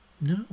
No